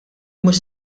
mhux